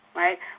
right